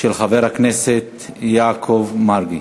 הצעה מס' 2703 של חבר הכנסת יעקב מרגי.